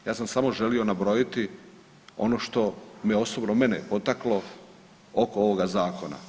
Ja sam samo želio nabrojiti ono što me osobno, mene potaklo oko ovoga Zakona.